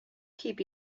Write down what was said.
keep